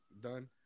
done